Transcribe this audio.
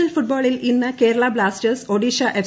L ഫുട്ബോളിൽ ഇന്ന് Kerala Blasters Odisha F